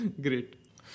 Great